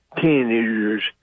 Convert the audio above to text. teenagers